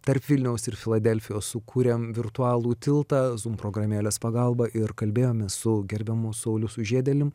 tarp vilniaus ir filadelfijos sukūrėm virtualų tiltą zum programėlės pagalba ir kalbėjome su gerbiamu sauliu sužiedėlium